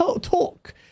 talk